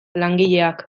langileak